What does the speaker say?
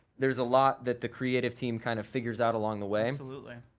there's a lot that the creative team kind of figures out along the way. absolutely.